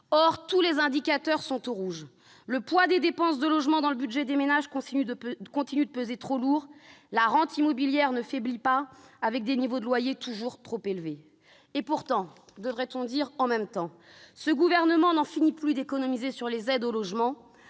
Or tous les indicateurs sont au rouge. Le poids des dépenses de logement dans le budget des ménages continue de peser trop lourd, et la rente immobilière ne faiblit pas, avec des niveaux de loyers toujours trop élevés. Pourtant- « en même temps », devrait-on dire -, ce gouvernement n'en finit plus d'économiser sur les aides au logement.